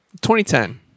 2010